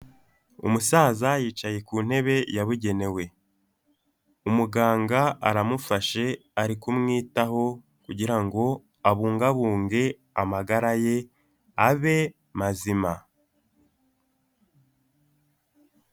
Umusaza yicaye ku ntebe yabugenewe, umuganga aramufashe ari kumwitaho kugira ngo abungabunge amagara ye abe mazima.